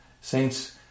Saints